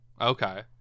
Okay